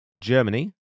Germany